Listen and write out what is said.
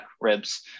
ribs